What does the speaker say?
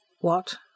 What